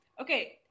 Okay